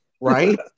right